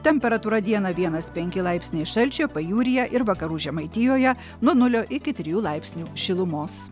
temperatūra dieną vienas penki laipsniai šalčio pajūryje ir vakarų žemaitijoje nuo nulio iki trijų laipsnių šilumos